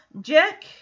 Jack